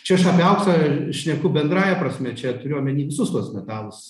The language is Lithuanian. čia aš apie auksą šneku bendrąja prasme čia turiu omeny visus tuos metalus